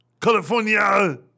California